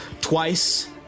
twice